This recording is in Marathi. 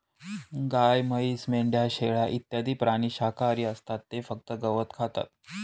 गाय, म्हैस, मेंढ्या, शेळ्या इत्यादी प्राणी शाकाहारी असतात ते फक्त गवत खातात